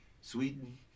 Sweden